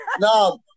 No